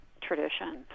traditions